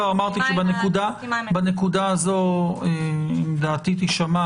אמרתי שבנקודה הזאת דעתי תישמע